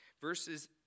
Verses